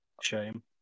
Shame